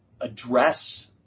address